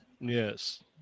Yes